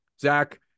Zach